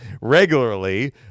regularly